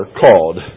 called